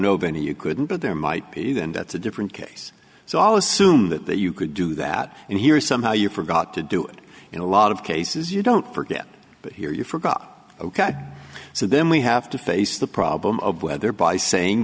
know of any you couldn't but there might be then that's a different case so i'll assume that that you could do that and here somehow you forgot to do it in a lot of cases you don't forget but here you forgot ok so then we have to face the problem of whether by saying